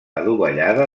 adovellada